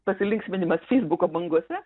pasilinksminimas feisbuko bangose